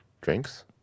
drinks